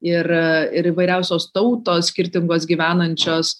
ir ir įvairiausios tautos skirtingos gyvenančios